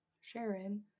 Sharon